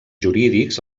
jurídics